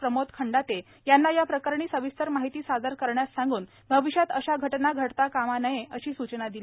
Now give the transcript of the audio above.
प्रमोद खंडाते यांना या प्रकरणी सविस्तर माहिती सादर करण्यास सांगून भविष्यात अशा घटना घडता कामा नये अशी सूचना दिली